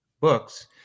books